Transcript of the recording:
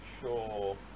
sure